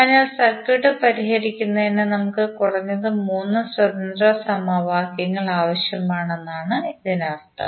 അതിനാൽ സർക്യൂട്ട് പരിഹരിക്കുന്നതിന് നമ്മുക്ക് കുറഞ്ഞത് മൂന്ന് സ്വതന്ത്ര സമവാക്യങ്ങൾ ആവശ്യമാണ് എന്നാണ് ഇതിനർത്ഥം